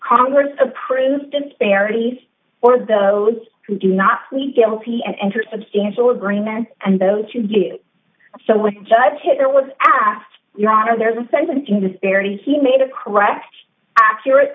congress approved disparities for those who do not plead guilty and enter substantial agreement and those who do so with judge it was asked your honor there's a seventeen disparity he made a correct accurate